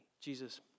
Jesus